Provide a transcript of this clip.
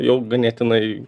jau ganėtinai